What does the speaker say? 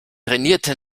trainierte